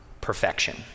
perfection